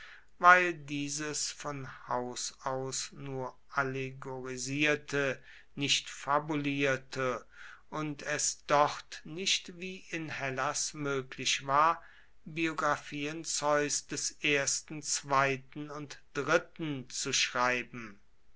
weil diese von haus aus nur allegorisierte nicht fabulierte und es dort nicht wie in hellas möglich war biographien zeus des ersten zweiten und dritten zu schreiben